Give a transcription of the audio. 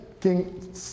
King